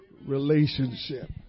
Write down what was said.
relationship